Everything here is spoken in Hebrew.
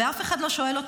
ואני רוצה לומר לך,